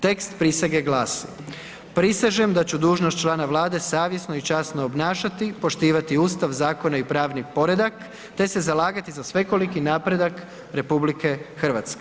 Tekst prisege glasi: „Prisežem da ću dužnost člana Vlada savjesno i časno obnašati, poštivati Ustav, zakone i pravni poredat te se zalagati za svekoliki napredak RH.